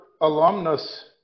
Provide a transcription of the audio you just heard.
alumnus